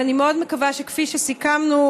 ואני מאוד מקווה שכפי שסיכמנו,